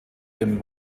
dem